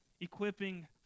equipping